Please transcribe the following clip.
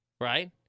right